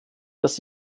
dass